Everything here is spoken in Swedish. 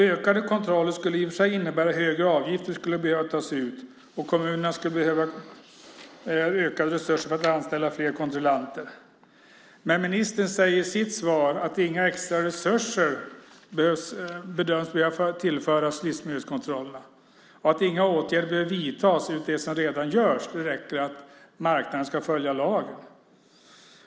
Ökade kontroller skulle i och för sig innebära att högre avgifter skulle behöva tas ut, och kommunerna skulle behöva ökade resurser för att anställa fler kontrollanter. Men ministern säger i sitt svar att inga extra resurser bedöms behöva tillföras livsmedelskontrollerna och att inga åtgärder behöver vidtas förutom de som redan görs. De räcker för att marknaden ska följa lagen.